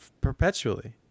perpetually